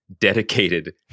dedicated